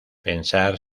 pensar